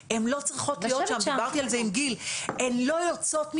ל-VNS הניתוחים להשתלת קוצב.